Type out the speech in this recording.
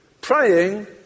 Praying